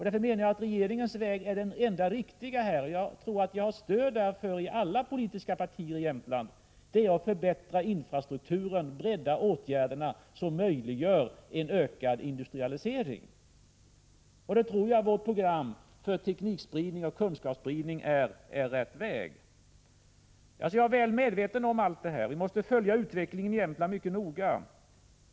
Jag menar att regeringens väg är den enda riktiga, och jag tror att jag har stöd av alla politiska partier i Jämtland, nämligen att det gäller att förbättra infrastrukturen och bredda de åtgärder som möjliggör en ökning av industrialiseringen. Vårt program för teknikspridning och kunskapsspridning är enligt min mening rätt väg. Jag är alltså väl medveten om problemen. Vi måste följa utvecklingen i Jämtland mycket noga.